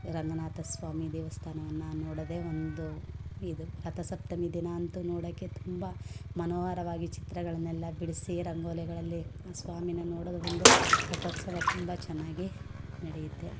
ರಂಗನಾಥ ಸ್ವಾಮಿ ದೇವಸ್ಥಾನವನ್ನು ನೋಡೋದೇ ಒಂದು ಇದು ರಥಸಪ್ತಮಿ ದಿನ ಅಂತು ನೋಡೋಕೆ ತುಂಬ ಮನೋಹರವಾಗಿ ಚಿತ್ರಗಳನೆಲ್ಲ ಬಿಡಿಸಿ ರಂಗೋಲೆಗಳಲ್ಲಿ ಸ್ವಾಮಿನ ನೋಡೋದು ಒಂದು ರಥೋತ್ಸವ ತುಂಬ ಚೆನ್ನಾಗಿ ನಡೆಯತ್ತೆ